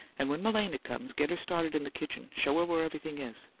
and when malena comes, get her started in the kitchen show her where everything is.